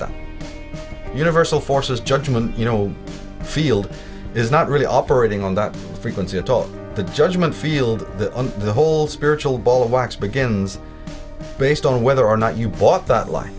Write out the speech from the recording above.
the universal forces judgment you know field is not really operating on that frequency at all the judgment field that on the whole spiritual ball of wax begins based on whether or not you bought that line